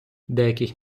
деяких